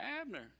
Abner